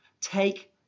Take